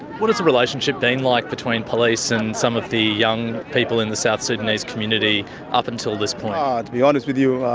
what has the relationship been like between police and some of the young people in the south sudanese community up until this point? oh, ah to be honest with you,